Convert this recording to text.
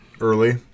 early